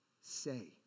say